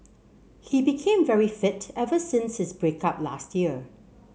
he became very fit ever since his break up last year